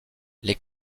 les